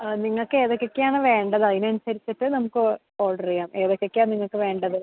നിങ്ങൾക്കെതൊക്കെയാണ് വേണ്ടത് അതിനനുസരിച്ചിട്ട് നമുക്ക് ഓർഡർ ചെയ്യാം ഏതൊക്കെയാണ് നിങ്ങൾക്ക് വേണ്ടത്